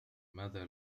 ماذا